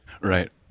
Right